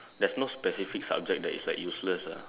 there is no specific subject that is like useless lah